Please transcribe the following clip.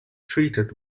treated